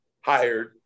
hired